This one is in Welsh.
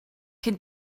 cyn